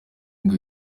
ngo